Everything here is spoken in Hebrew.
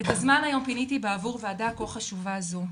את הזמן היום פניתי בעבור וועדה כה חשובה זו,